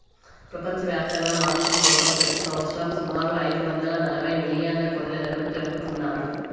ప్రపంచవ్యాప్తంగా మాంసం కోసం ప్రతి సంవత్సరం సుమారు ఐదు వందల నలబై మిలియన్ల గొర్రెలను చంపుతున్నారు